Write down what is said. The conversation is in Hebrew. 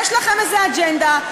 יש לכם איזה אג'נדה,